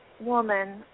woman